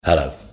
Hello